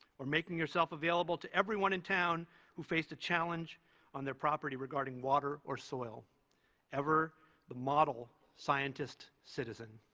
or making yourself available to everyone in town who faced a challenge on their property regarding water or soil ever the model scientist-citizen.